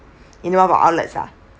in one of our outlets lah